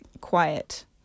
quiet